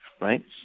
Right